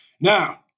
Now